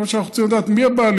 כל מה שאנחנו רוצים לדעת, מי הבעלים.